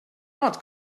not